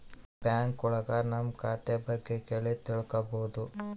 bank ಒಳಗ ನಮ್ ಖಾತೆ ಬಗ್ಗೆ ಕೇಳಿ ತಿಳ್ಕೋಬೋದು